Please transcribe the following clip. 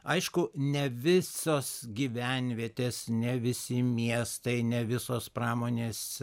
aišku ne visos gyvenvietės ne visi miestai ne visos pramonės